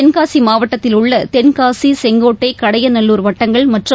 தென்காசிமாவட்டத்தில் உள்ளதென்காசி செங்கோட்டை கடையநல்லூர் வட்டங்கள் மற்றும் இ